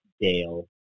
Dale